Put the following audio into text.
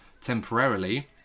temporarily